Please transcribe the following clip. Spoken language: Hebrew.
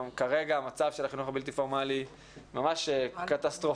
כרגע המצב של החינוך הבלתי פורמלי ממש קטסטרופלי,